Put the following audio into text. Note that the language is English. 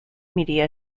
media